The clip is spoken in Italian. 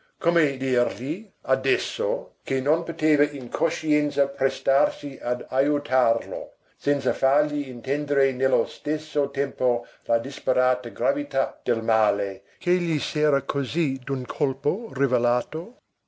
come dirgli adesso che non poteva in coscienza prestarsi ad ajutarlo senza fargli intendere nello stesso tempo la disperata gravità del male che gli s'era così d'un colpo rivelato